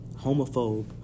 homophobe